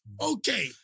Okay